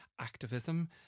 activism